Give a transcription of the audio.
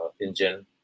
engine